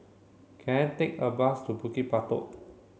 can I take a bus to Bukit Batok